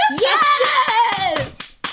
Yes